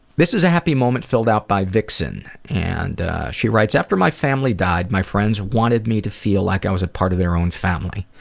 this is a happy moment filled out by vixen and she writes after my family died, my friends wanted me to feel like i was a part of their own family.